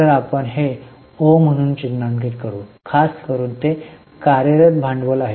तर आपण हे ओ म्हणून चिन्हांकित करू खास करुन ते कार्यरत भांडवल आहे